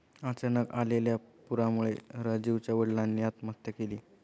अचानक आलेल्या पुरामुळे राजीवच्या वडिलांनी आत्महत्या केली